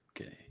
Okay